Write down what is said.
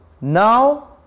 Now